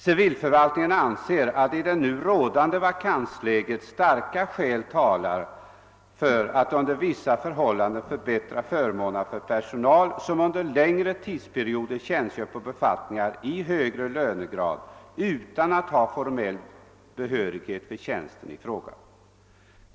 Civilförvaltningen anser att i det nu rådande vakansläget starka skäl talar för att under vissa förhållanden förbättra förmånerna för personal som under längre tidsperioder tjänstgör på befattningar i högre lönegrad utan att ha formell behörighet för tjänsten i fråga.